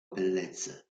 bellezza